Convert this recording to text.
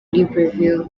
libreville